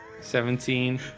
Seventeen